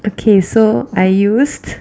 okay so I used